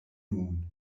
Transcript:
nun